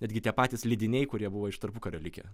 netgi tie patys leidiniai kurie buvo iš tarpukario likę